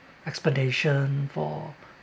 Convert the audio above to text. explanation for